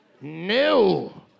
no